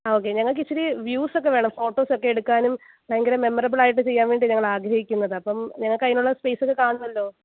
okay ഞങ്ങൾക്ക് ഇത്തിരി views ഒക്കെ വേണം ഫോട്ടോസ് ഒക്കെ എടുക്കാനും ഭയങ്കര മെമ്മറബിൾ ആയിട്ട് ചെയ്യാൻ വേണ്ടിയാണ് ഞങ്ങൾ ആഗ്രഹിക്കുന്നത് അപ്പം ഞങ്ങൾക്ക് അതിനുള്ള സ്പേസ് ഒക്കെ കാണുമല്ലോ